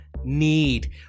need